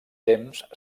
temps